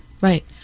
Right